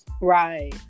Right